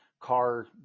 car